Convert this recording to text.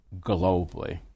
globally